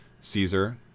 Caesar